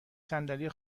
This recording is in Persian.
صندلی